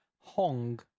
Hong